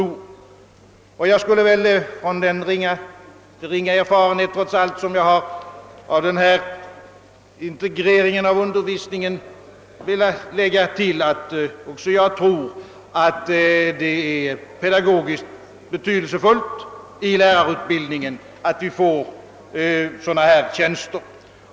Jag vill dessutom med min trots allt inte så ringa erfarenhet av den önskade integreringen av undervisningen tilllägga, att också jag anser det vara pedagogiskt betydelsefullt för lärarutbildningen att vi får de föreslagna tjänsterna.